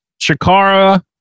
Shakara